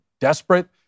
desperate